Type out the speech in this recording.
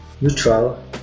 neutral